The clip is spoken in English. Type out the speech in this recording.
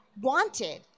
wanted